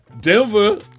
Denver